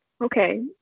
Okay